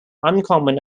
uncommon